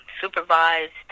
supervised